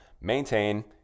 maintain